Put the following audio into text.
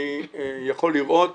אני יכול לראות